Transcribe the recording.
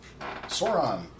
Sauron